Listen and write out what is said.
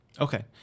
Okay